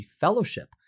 Fellowship